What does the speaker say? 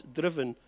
driven